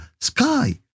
sky